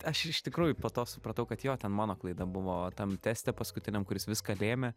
aš iš tikrųjų po to supratau kad jo ten mano klaida buvo tam teste paskutiniam kuris viską lėmė